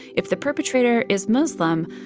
if the perpetrator is muslim,